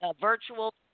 virtual